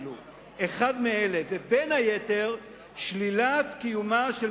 אחד מאלה" ובין היתר "שלילת קיומה של